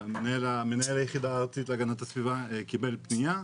מנהל היחידה הארצית להגנת הסביבה קיבל פנייה,